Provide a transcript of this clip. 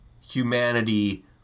humanity